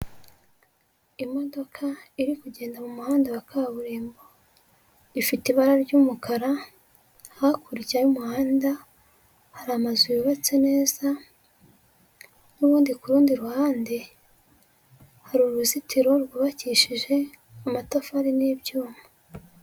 Imodoka iri kugenda mu muhanda wa kaburimbo, ifite ibara ry'umukara, hakurya y'umuhanda hari amazu yubatse neza, n'ubundi kurundi ruhande hari uruzitiro rwubakishije amatafari n'ibyuma.